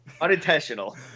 unintentional